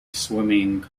swimming